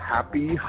Happy